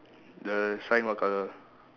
the sign what colour